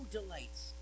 delights